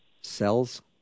cells